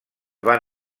van